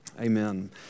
Amen